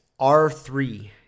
R3